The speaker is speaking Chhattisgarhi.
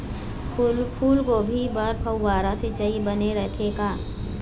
फूलगोभी बर फव्वारा सिचाई बने रथे का?